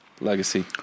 Legacy